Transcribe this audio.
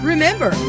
Remember